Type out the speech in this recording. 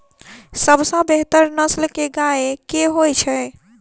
सबसँ बेहतर नस्ल केँ गाय केँ होइ छै?